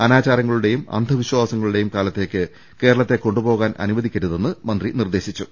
അനാചാരങ്ങളുടെയും അന്ധവിശ്വാസങ്ങളുടെയും കാല ത്തേക്ക് കേരളത്തെ കൊണ്ടുപോകാൻ അനുവദിക്കരുതെന്ന് മന്ത്രി പറ ഞ്ഞു